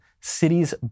Cities